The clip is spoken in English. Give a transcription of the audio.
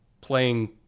playing